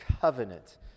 covenant